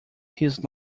his